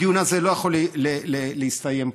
הדיון הזה לא יכול להסתיים פה.